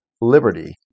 liberty